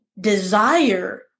desire